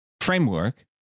framework